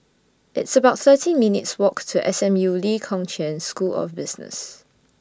It's about thirteen minutes' Walk to S M U Lee Kong Chian School of Business